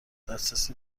دسترسی